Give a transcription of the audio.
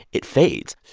it fades.